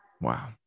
Wow